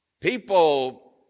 People